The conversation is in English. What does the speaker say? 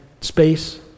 space